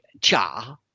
Cha